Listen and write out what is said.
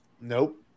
Nope